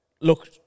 Look